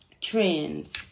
trends